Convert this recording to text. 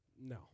No